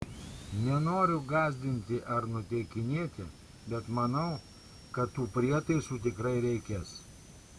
nenoriu gąsdinti ar nuteikinėti bet manau kad tų prietaisų tikrai reikės